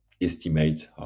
estimate